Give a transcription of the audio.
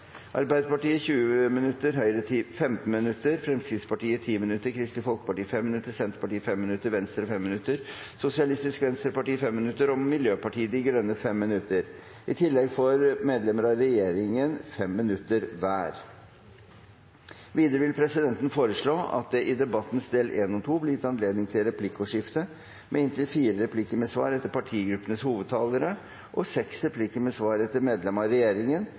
Arbeiderpartiet 20 minutter, Høyre 15 minutter, Fremskrittspartiet 10 minutter, Kristelig Folkeparti 5 minutter, Senterpartiet 5 minutter, Venstre 5 minutter, Sosialistisk Venstreparti 5 minutter og Miljøpartiet De Grønne 5 minutter. I tillegg får medlemmer av regjeringen 5 minutter hver. Videre vil presidenten foreslå at det i debattens del 1 og 2 blir gitt anledning til replikkordskifte på inntil fire replikker med svar etter partigruppenes hovedtalere og seks replikker med svar etter medlemmer av regjeringen